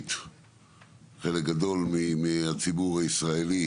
ההלכתית חלק גדול מהציבור הישראלי